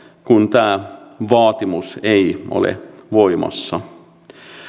kun tämä vaatimus ei ole voimassa